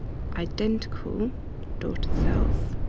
identical daughter cells.